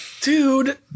Dude